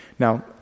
Now